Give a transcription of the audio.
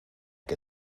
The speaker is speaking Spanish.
que